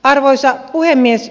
arvoisa puhemies